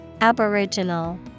Aboriginal